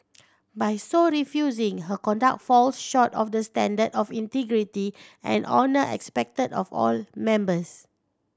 by so refusing her conduct falls short of the standard of integrity and honour expected of all members